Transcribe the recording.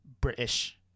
british